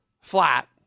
flat